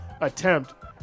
attempt